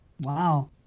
Wow